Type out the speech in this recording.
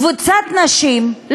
קבוצת נשים,